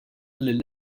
lill